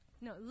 No